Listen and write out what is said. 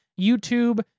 YouTube